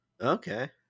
okay